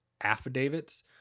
affidavits